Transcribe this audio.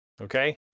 okay